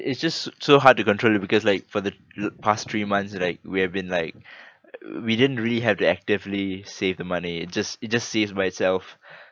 it's just s~ so hard to control it because like for the l~ past three months like we've been like we didn't really have to actively save the money it just it just saves by itself